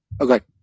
Okay